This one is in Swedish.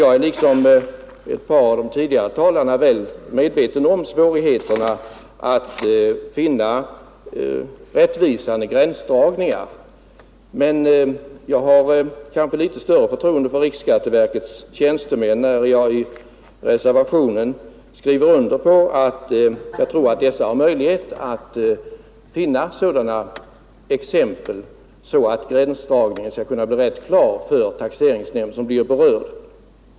Jag är, liksom ett par av de tidigare talarna, väl medveten om svårigheterna att finna rättvisande gränsdragningar, men jag har kanske litet större förtroende än fru Normark för riksskatteverkets tjänstemän, eftersom jag i reservationen skriver under på att jag tror att dessa har möjlighet att finna sådana exempel m.m. att gränsdragningen skall kunna bli tydlig för taxeringsnämnd som blir berörd.